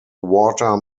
water